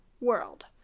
world